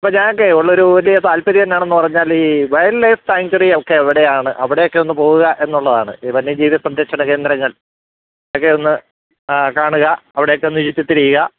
അപ്പം ഞങ്ങൾക്ക് ഉള്ളൊരു ഒരു വലിയ താല്പര്യം എന്നാണെന്ന് പറഞ്ഞാൽ ഈ വൈൽഡ് സഫാരി ഒക്കെ എവിടെയാണ് അവിടെയൊക്കെ ഒന്ന് പോവുക എന്നുള്ളതാണ് വന്യജീവി സന്ദർശന കേന്ദ്രങ്ങൾ ഒക്കെ ഒന്ന് കാണുക അവിടെയൊക്കെ ഒന്ന് വിസിറ്റ് ചെയ്യുക